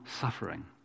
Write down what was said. suffering